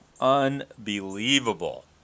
Unbelievable